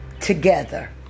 together